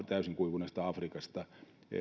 täysin kuivuneesta afrikasta